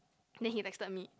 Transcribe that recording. then he texted me